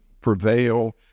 prevail